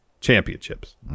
championships